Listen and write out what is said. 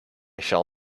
shall